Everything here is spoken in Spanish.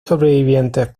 sobrevivientes